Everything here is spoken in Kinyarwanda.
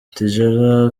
tidjala